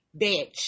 bitch